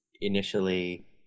Initially